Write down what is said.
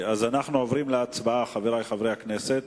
אנחנו עוברים להצבעה, חברי חברי הכנסת.